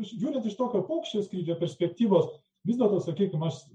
žiūrint iš tokio paukščio skrydžio perspektyvos vis dėlto sakykim aš